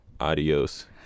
adios